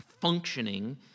functioning